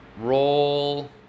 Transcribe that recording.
roll